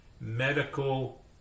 medical